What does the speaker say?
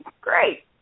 Great